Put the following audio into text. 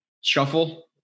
shuffle